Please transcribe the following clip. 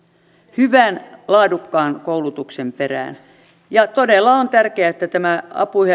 hyvän laadukkaan koulutuksen perään todella on tärkeää että tämä